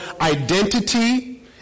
identity